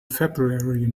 february